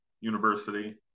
University